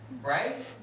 right